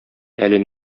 әле